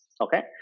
Okay